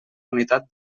unitat